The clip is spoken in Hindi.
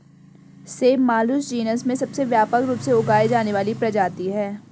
सेब मालुस जीनस में सबसे व्यापक रूप से उगाई जाने वाली प्रजाति है